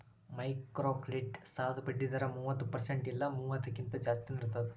microcredit ಸಾಲದ್ ಬಡ್ಡಿ ದರ ಮೂವತ್ತ ಪರ್ಸೆಂಟ್ ಇಲ್ಲಾ ಮೂವತ್ತಕ್ಕಿಂತ ಜಾಸ್ತಿನಾ ಇರ್ತದ